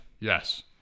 Yes